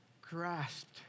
grasped